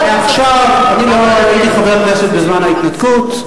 אני לא הייתי חבר כנסת בזמן ההתנתקות.